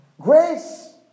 Grace